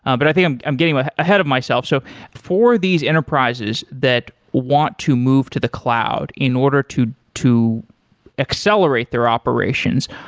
but i think i'm i'm getting ah ahead of myself. so for these enterprises that want to move to the cloud in order to to accelerate their operations,